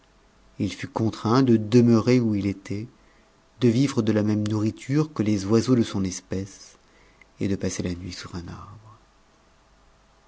homme tat contraint de demeurer où il était de vivre de la même nourriture que les oiseaux de son espèce et de passer la nuit sur un arbre